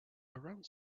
around